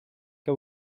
que